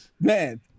man